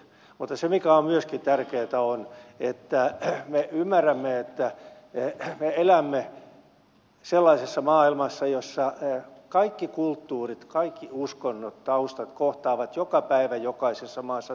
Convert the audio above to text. mutta se mikä on myöskin tärkeätä on että me ymmärrämme että me elämme sellaisessa maailmassa jossa kaikki kulttuurit kaikki uskonnot taustat kohtaavat joka päivä jokaisessa maassa toisensa